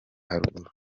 haruguru